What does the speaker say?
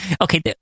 Okay